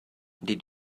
did